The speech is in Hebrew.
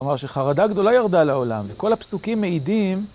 כלומר, כשחרדה גדולה ירדה לעולם, וכל הפסוקים מעידים...